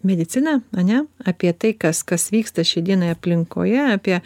mediciną ane apie tai kas kas vyksta šiai dienai aplinkoje apie